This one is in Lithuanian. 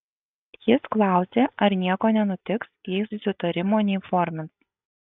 jis klausė ar nieko nenutiks jei susitarimo neįformins